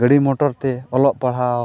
ᱜᱟᱹᱰᱤ ᱢᱚᱴᱚᱨᱛᱮ ᱚᱞᱚᱜ ᱯᱟᱲᱦᱟᱣ